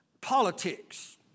Politics